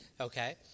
Okay